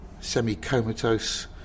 semi-comatose